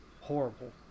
horrible